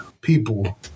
people